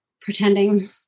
pretending